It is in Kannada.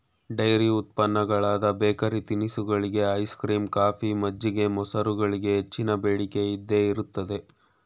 ಡೈರಿ ಉತ್ಪನ್ನಗಳಾದ ಬೇಕರಿ ತಿನಿಸುಗಳಿಗೆ, ಐಸ್ ಕ್ರೀಮ್, ಕಾಫಿ, ಮಜ್ಜಿಗೆ, ಮೊಸರುಗಳಿಗೆ ಹೆಚ್ಚಿನ ಬೇಡಿಕೆ ಇದ್ದೇ ಇರುತ್ತದೆ